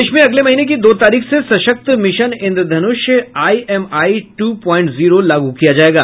देश में अगले महीने की दो तारीख से सशक्त mission Indradhanush IMI two point zero लागू किया जायेगा